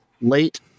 late